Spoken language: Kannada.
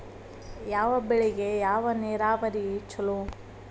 ಯಾವ ಬೆಳಿಗೆ ಯಾವ ನೇರಾವರಿ ಛಲೋ?